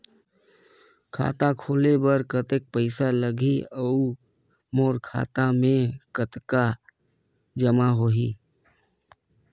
खाता खोले बर कतेक पइसा लगही? अउ मोर खाता मे कतका जमा होही?